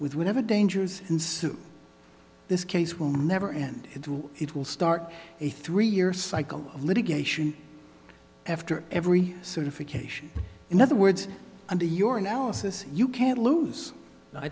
with whatever dangers ensued this case will never end to it will start a three year cycle of litigation after every certification in other words and to your analysis you can't lose i